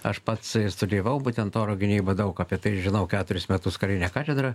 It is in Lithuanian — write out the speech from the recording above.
aš pats ir studijavau būtent oro gynybą daug apie tai žinau keturis metus karinę katedrą